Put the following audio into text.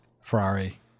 ferrari